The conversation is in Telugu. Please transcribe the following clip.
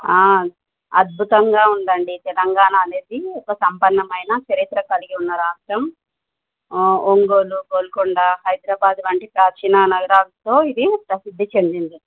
అద్భుతంగా ఉందండి తెలంగాణ అనేది ఒక సంపన్నమైన చరిత్ర కలిగి ఉన్న రాష్ట్రం ఒంగోలు గోల్కొండ హైదరాబాద్ వంటి ప్రాచీన నగరాాలతో ఇది ప్రసిద్ధి చెందింది